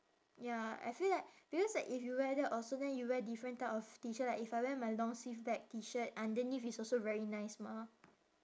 ya I feel like because like if you wear that also then you wear different type of T shirt like if I wear my long sleeve black T shirt underneath is also very nice mah